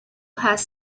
has